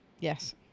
Yes